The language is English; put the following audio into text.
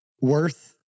worth